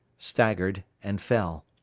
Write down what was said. staggered, and fell.